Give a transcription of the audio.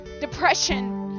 depression